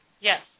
Yes